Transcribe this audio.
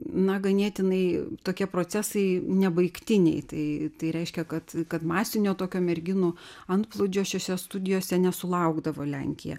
na ganėtinai tokie procesai nebaigtiniai tai tai reiškia kad kad masinio tokio merginų antplūdžio šiose studijose nesulaukdavo lenkija